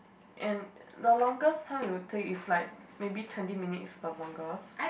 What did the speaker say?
and the longest time you take is like maybe twenty minutes the longest